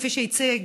כפי שהציג